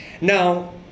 Now